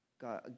God